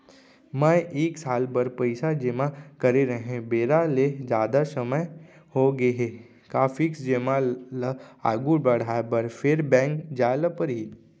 मैं एक साल बर पइसा जेमा करे रहेंव, बेरा ले जादा समय होगे हे का फिक्स जेमा ल आगू बढ़ाये बर फेर बैंक जाय ल परहि?